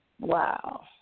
Wow